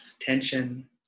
tension